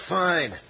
fine